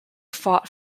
fought